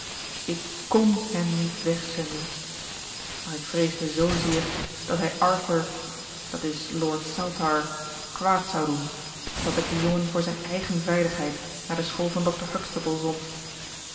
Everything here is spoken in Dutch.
ik kon hem niet wegzenden maar ik vreesde zoozeer dat hij arthur dat is lord saltire kwaad zou doen dat ik den jongen voor zijn eigen veiligheid naar de school van dr huxtable zond